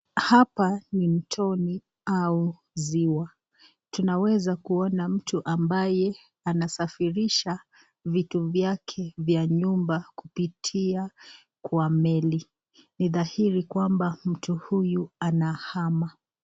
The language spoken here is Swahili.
Hapa ni mtoni au ziwa, tunaweza kuona Mtu ambaye anasafirisha vitu vyake vya nyumba kupitia kwa meli. Ni dhairi Kwamba mtu huyu anahama.